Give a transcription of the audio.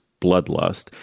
bloodlust